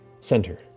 center